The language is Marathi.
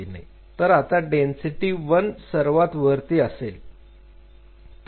तर आता डेन्सिटी 1 सर्वात वरती असेल